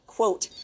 Quote